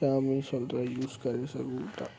तव्हां बि हीउ सभु त यूज़ करे सघूं था